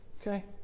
Okay